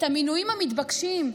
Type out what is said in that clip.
את המינויים המתבקשים,